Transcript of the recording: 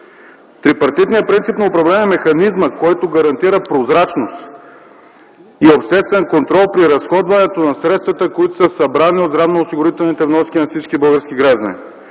Трипартитният принцип на управление е механизмът, който гарантира прозрачността и обществения контрол при разходването на средствата, които са събрани от здравноосигурителните вноски на всички български граждани.